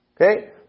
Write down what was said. Okay